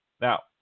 Now